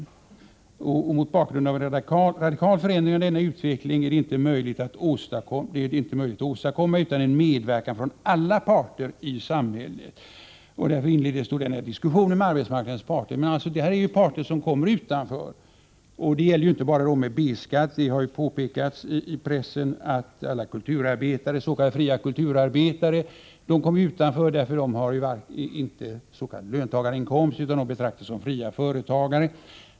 Vidare framhölls det: ”Mot bakgrund av att en radikal förändring av denna utveckling inte är möjlig att åstadkomma utan en medverkan från alla parter i samhället inleddes ——— diskussioner med arbetsmarknadens parter ———.” Det här rör ju parter som står utanför, och det gäller inte bara de som har B-skatt. I pressen har det 95 påpekats att alla s.k. fria kulturarbetare kommer att stå utanför, eftersom de inte har s.k. löntagarinkomst utan betraktas som fria företagare.